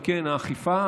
האכיפה,